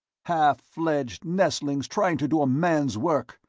half-fledged nestlings trying to do a man's work!